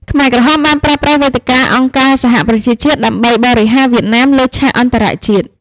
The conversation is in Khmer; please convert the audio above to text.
ខ្មែរក្រហមបានប្រើប្រាស់វេទិកាអង្គការសហប្រជាជាតិដើម្បីបរិហារវៀតណាមលើឆាកអន្តរជាតិ។